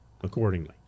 accordingly